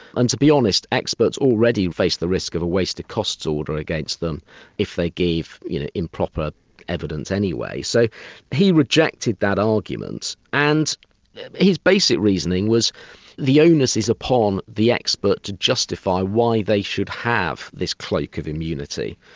and to be honest, experts already face the risk of a wasted costs order against them if they give you know improper evidence anyway. so he rejected that argument, and his basic reasoning was the onus is upon the expert to justify why they should have this cloak of immunity,